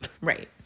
Right